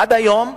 עד היום,